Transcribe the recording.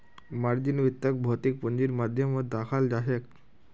margin वित्तक भौतिक पूंजीर माध्यम स दखाल जाछेक